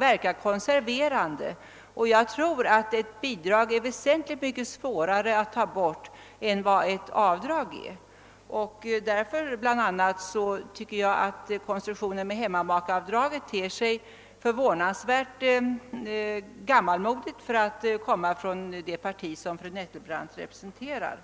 verka konserverande, och jag tror att det är väsentligt mycket svårare att ta bort än ett avdrag. Bl. a. därför anser jag att konstruktionen med hemmamakebidraget ter sig förvånansvärt gammalmodig för att komma från det parti som fru Nettelbrandt representerar.